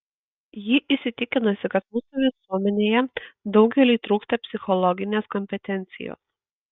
ji įsitikinusi kad mūsų visuomenėje daugeliui trūksta psichologinės kompetencijos